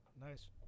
Nice